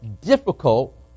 difficult